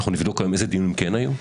אנחנו נבדוק היום איזה דיונים כן היו.